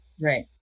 Right